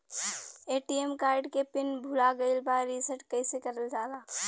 ATM card के pin भूला गइल बा रीसेट कईसे करल जाला?